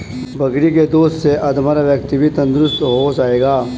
बकरी के दूध से अधमरा व्यक्ति भी तंदुरुस्त हो जाएगा